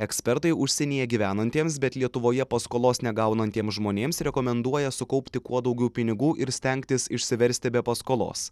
ekspertai užsienyje gyvenantiems bet lietuvoje paskolos negaunantiems žmonėms rekomenduoja sukaupti kuo daugiau pinigų ir stengtis išsiversti be paskolos